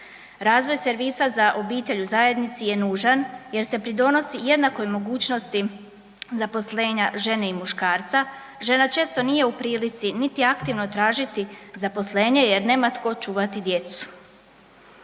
Razvoj servisa za obitelj u zajednici je nužan jer se pridonosi jednakoj mogućnosti zaposlenja žene i muškarca. Žena često nije u prilici niti aktivno tražiti zaposlenje jer nema tko čuvati djecu.